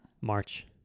March